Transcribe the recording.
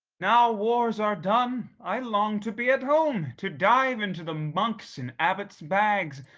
now wars are done i long to be at home to dive into the monks' and abbots' bags,